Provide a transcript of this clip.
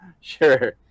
Sure